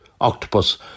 octopus